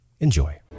Enjoy